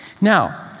Now